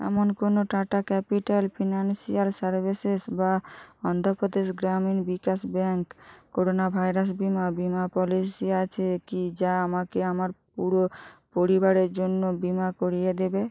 এমন কোনও Tata capital financial services বা Andhra Pradesh Grameen Vikas bank corona virus বিমা বিমা পলিসি আছে কি যা আমাকে আমার পুরো পরিবারের জন্য বিমা করিয়ে দেবে